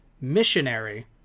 missionary